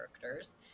characters